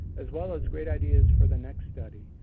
as well as great ideas for the next study.